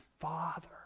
father